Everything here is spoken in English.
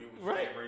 Right